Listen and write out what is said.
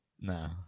No